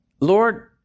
Lord